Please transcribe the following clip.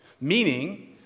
meaning